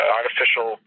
artificial